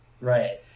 Right